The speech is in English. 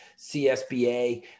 CSBA